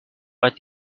what